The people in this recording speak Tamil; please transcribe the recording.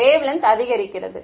வேவ் லென்த் அதிகரிக்கிறது